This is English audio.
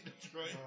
Detroit